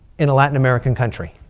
in a latin american country.